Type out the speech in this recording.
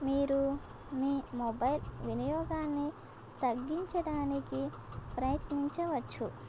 మీరు మీ మొబైల్ వినియోగాన్ని తగ్గించడానికి ప్రయత్నించవచ్చు